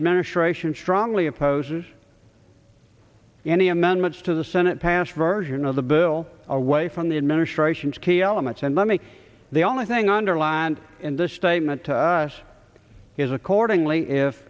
administration strongly opposes any amendments to the senate passed version of the bill away from the administration's key elements and let me the only thing underlined in this statement to us is accordingly if